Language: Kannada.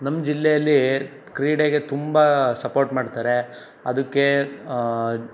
ನಮ್ಮ ಜಿಲ್ಲೆಯಲ್ಲಿ ಕ್ರೀಡೆಗೆ ತುಂಬ ಸಪೋರ್ಟ್ ಮಾಡ್ತಾರೆ ಅದಕ್ಕೆ